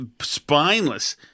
spineless